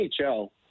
NHL